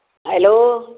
hello